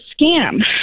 scam